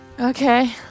Okay